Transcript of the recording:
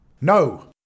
No